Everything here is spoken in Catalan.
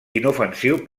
inofensiu